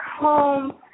home